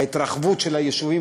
ההתרחבות של היישובים,